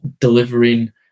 delivering